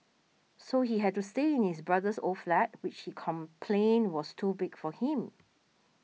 so he had to stay in his brother's old flat which he complained was too big for him